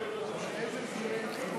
ועדת הכנסת נתקבלה.